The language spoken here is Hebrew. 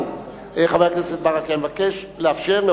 אני ביקשתי מהשרים לא לענות.